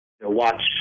watch